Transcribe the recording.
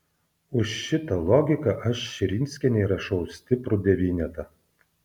už šitą logiką aš širinskienei rašau stiprų devynetą